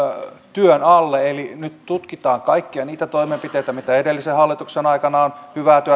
työn alle eli nyt tutkitaan kaikkia niitä toimenpiteitä mitä edellisen hallituksen aikana on hyvää työtä